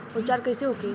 उपचार कईसे होखे?